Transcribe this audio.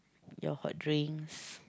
your hot drinks